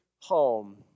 home